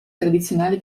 tradizionali